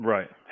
Right